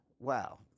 Wow